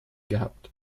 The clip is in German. gehabt